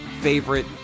favorite